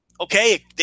Okay